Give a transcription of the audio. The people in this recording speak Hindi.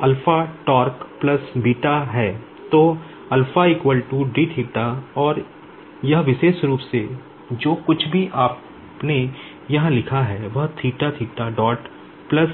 तो और यह विशेष रूप से जो कुछ भी आपने यहां लिखा है वह थीटा थीटा डॉट प्लस